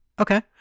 Okay